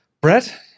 Brett